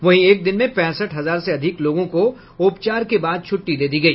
वहीं एक दिन में पैंसठ हजार से अधिक लोगों को उपचार के बाद छुट्टी दी गई